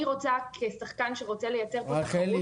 אני כשחקן רוצה לייצר כאן תחרות.